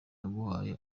yaguhaye